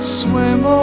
swim